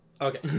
Okay